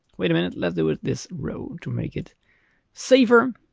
wait a minute, let's do it this row to make it safer.